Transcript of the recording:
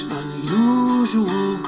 unusual